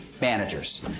managers